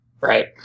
Right